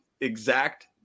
exact